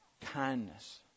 Kindness